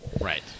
Right